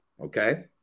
Okay